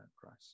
Christ